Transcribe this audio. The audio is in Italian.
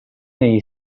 negli